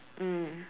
mm